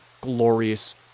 glorious